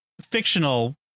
fictional